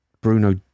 Bruno